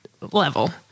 level